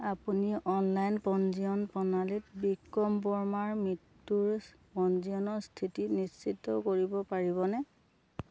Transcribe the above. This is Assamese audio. আপুনি অনলাইন পঞ্জীয়ন প্ৰণালীত বিক্ৰম বৰ্মাৰ মৃত্যুৰ পঞ্জীয়নৰ স্থিতি নিশ্চিত কৰিব পাৰিবনে